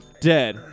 dead